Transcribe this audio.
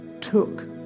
took